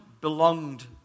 belonged